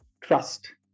trust